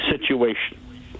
situation